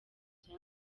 bya